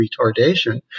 retardation